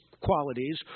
qualities